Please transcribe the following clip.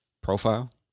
profile